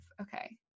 okay